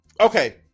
okay